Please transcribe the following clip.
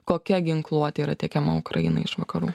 kokia ginkluotė yra tiekiama ukrainai iš vakarų